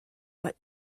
but